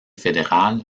fédéral